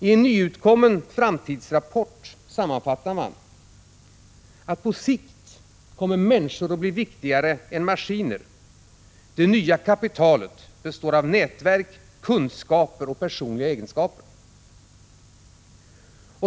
I en nyutkommen framtidsrapport sammanfattar man: På sikt kommer människor att bli viktigare än maskiner. Det nya kapitalet består av nätverk, kunskaper och personliga egenskaper.